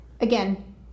again